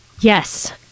Yes